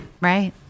right